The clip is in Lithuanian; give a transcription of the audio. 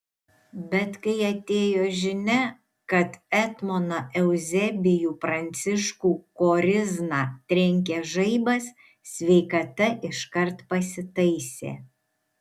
bet kai atėjo žinia kad etmoną euzebijų pranciškų korizną trenkė žaibas sveikata iškart pasitaisė